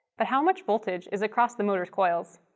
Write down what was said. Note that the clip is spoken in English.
but how much voltage is across the motor's coils?